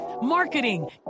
marketing